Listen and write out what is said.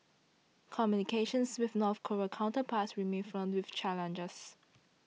communications with North Korean counterparts remain fraught with challenges